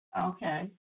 Okay